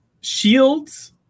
Shields